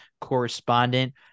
correspondent